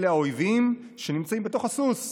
אלה האויבים שנמצאים בתוך הסוס,